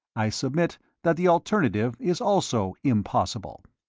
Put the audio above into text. i submit that the alternative is also impossible.